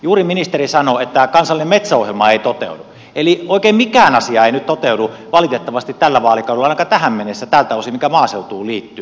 juuri ministeri sanoi että kansallinen metsäohjelma ei toteudu eli oikein mikään asia ei toteudu valitettavasti nyt tällä vaalikaudella ainakaan tähän mennessä ei ole toteutunut tältä osin mikä maaseutuun liittyy